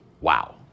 wow